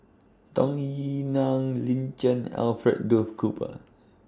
Tung Yue Nang Lin Chen Alfred Duff Cooper